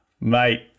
mate